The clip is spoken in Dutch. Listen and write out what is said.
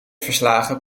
verslagen